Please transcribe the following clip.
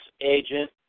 agent